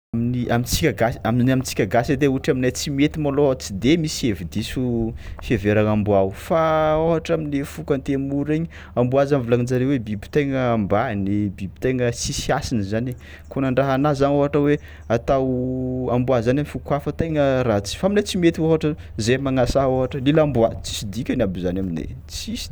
Ny amintsika gasy amin'ny amintsika gasy edy ai ôhatra aminay tsimihety malôha tsy de misy hevi-diso fiheveragna amboa fa ôhatra am'le foko antemoro regny amboa zany volagnin-jareo hoe biby tegna ambany, biby tegna tsisy hasiny zany, kôa nandraha anà zao ohatra hoe atao amboa zany am'foko hafa tegna ratsy fa aminay tsimihety ôhatra zahay magnasà ôhatra lilahy amboa tsisy dikany aby zany aminay, tsisy.